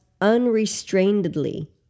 unrestrainedly